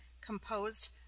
composed